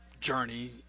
journey